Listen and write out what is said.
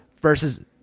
versus